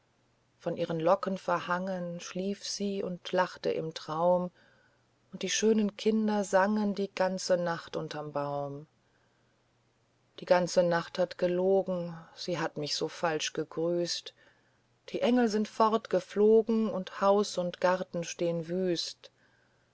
von ihren locken verhangen schlief sie und lachte im traum und die schönen kinder sangen die ganze nacht unterm baum die ganze nacht hat gelogen sie hat mich so falsch gegrüßt die engel sind fortgeflogen und haus und garten stehn wüst